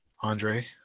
Andre